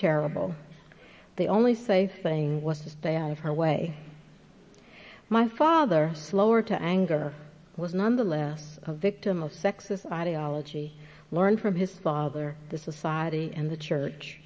terrible the only safe thing was to stay out of her way my father slower to anger was nonetheless a victim of sexism ideology learned from his father the society and the church